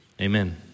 amen